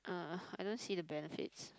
uh I don't see the benefits